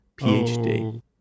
PhD